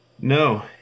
No